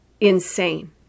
insane